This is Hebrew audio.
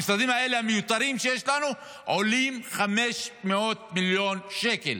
המשרדים המיותרים האלה שיש לנו עולים 500 מיליון שקל,